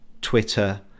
Twitter